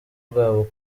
bwabo